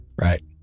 Right